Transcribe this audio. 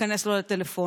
ייכנס להם לטלפונים,